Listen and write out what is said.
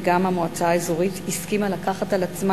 וגם המועצה האזורית הסכימה לקחת על עצמה